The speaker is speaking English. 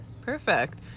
perfect